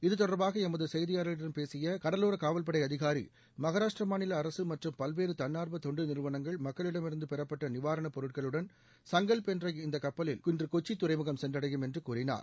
இது தொடர்பாக எமது செய்தியாளரிடம் பேசிய கடலோர காவல் படை அதிகாரி மகாராஷ்டிர மாநில அரசு மற்றும் பல்வேறு தன்னார்வ தொண்டு நிறுவனங்கள் மக்களிடம் இருந்து பெறப்பட்ட நிவாரணப் பொருட்களுடன் சங்கல்ப் என்ற இந்த கப்பலில் இன்று கொச்சி துறைமுகம் சென்றடையும் கூறினார்